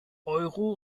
euro